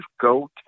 go